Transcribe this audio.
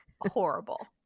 horrible